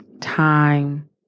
time